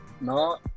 No